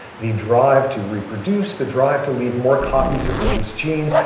the drive to reproduce, the drive to leave more copies of one's genes.